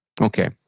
Okay